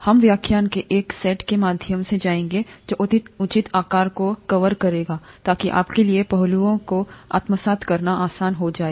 हम व्याख्यान के एक सेट के माध्यम से जाएंगे जो उचित आकार को कवर करेगा ताकि आपके लिए पहलुओं को आत्मसात करना आसान हो जाए